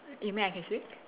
you mean I can speak